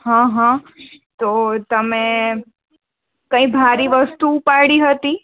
હા હા તો તમે કાંઈ ભારી વસ્તુ ઉપાડી હતી